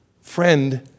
friend